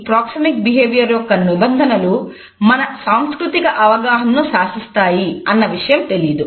proxemics యొక్క నిబంధనలు మన సాంస్కృతిక అవగాహనను శాశిస్తాయి అన్న విషయం తెలియదు